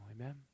amen